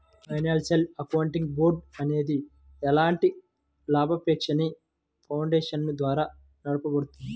financial accounting board అనేది ఎలాంటి లాభాపేక్షలేని ఫౌండేషన్ ద్వారా నడపబడుద్ది